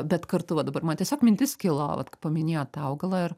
bet kartu va dabar man tiesiog mintis kilo vat paminėjot tą augalą ir